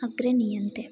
अग्रणीयन्ते